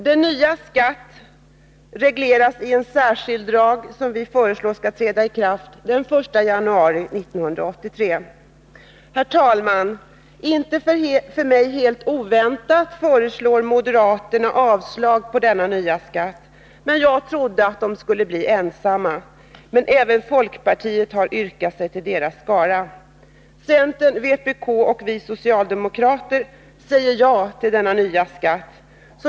Den nya skatten regleras i en särskild lag som vi föreslår skall träda i kraft den 1 januari 1983. Herr talman! Inte för mig helt oväntat föreslår moderaterna avslag på denna nya skatt. Jag trodde att moderaterna skulle bli ensamma, men även folkpartiet har fylkat sig till deras skara. Centern, vpk och vi socialdemokrater säger ja till denna nya skatt.